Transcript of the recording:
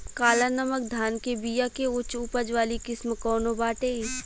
काला नमक धान के बिया के उच्च उपज वाली किस्म कौनो बाटे?